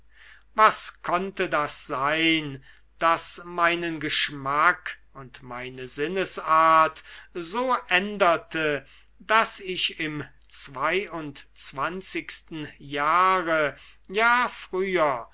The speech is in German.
was konnte das sein das meinen geschmack und meine sinnesart so änderte daß ich im zweiundzwanzigsten jahre ja früher